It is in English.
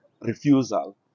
refusal